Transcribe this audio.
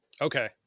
Okay